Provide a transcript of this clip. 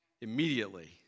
Immediately